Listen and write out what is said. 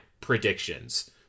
predictions